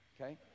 okay